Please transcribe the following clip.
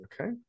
Okay